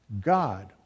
God